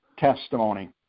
testimony